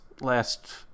last